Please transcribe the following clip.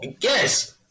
yes